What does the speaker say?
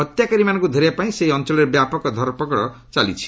ହତ୍ୟାକାରୀମାନଙ୍କୁ ଧରିବା ପାଇଁ ସେହି ଅଞ୍ଚଳରେ ବ୍ୟାପକ ଧରପଗଡ଼ କାରି ଅଛି